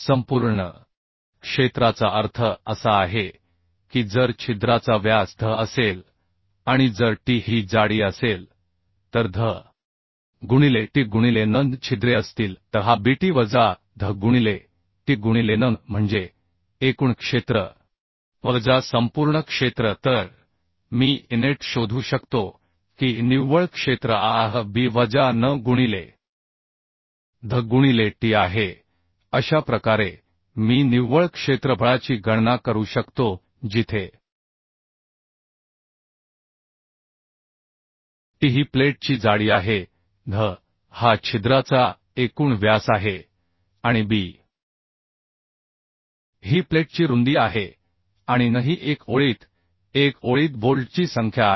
संपूर्ण क्षेत्राचा अर्थ असा आहे की जर छिद्राचा व्यास dh असेल आणि जर t ही जाडी असेल तर dh गुणिले t गुणिले n छिद्रे असतील तर हा Bt वजा dh गुणिले t गुणिले n म्हणजे एकूण क्षेत्र वजा संपूर्ण क्षेत्र तर मी A नेट शोधू शकतो की निव्वळ क्षेत्र आह B वजा n गुणिले dh गुणिले t आहे अशा प्रकारे मी निव्वळ क्षेत्रफळाची गणना करू शकतो जिथे t ही प्लेटची जाडी आहे dh हा छिद्राचा एकूण व्यास आहे आणि B ही प्लेटची रुंदी आहे आणि n ही 1 ओळीत 1 ओळीत बोल्टची संख्या आहे